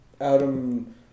Adam